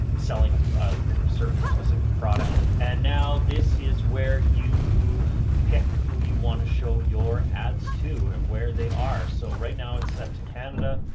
selling a certain specific product. and now this is where you pick who you want to show your ads to and where they are. so right now it's set to canada.